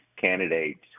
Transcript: candidates